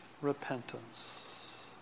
repentance